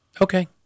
Okay